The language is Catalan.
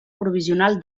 provisional